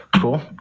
Cool